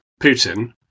Putin